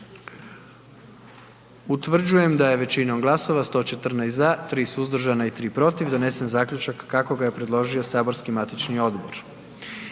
Utvrđujem da je većinom glasova 97 za, 19 suzdržanih donijet zaključak kako je predložilo matično saborsko